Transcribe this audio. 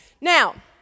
Now